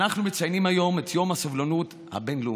אנחנו מציינים היום את יום הסובלנות הבין-לאומי.